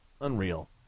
unreal